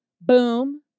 Boom